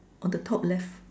on the top left